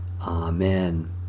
Amen